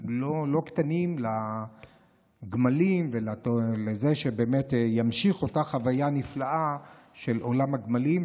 לא קטנים לגמלים ולזה שבאמת תמשיך אותה חוויה נפלאה של עולם הגמלים.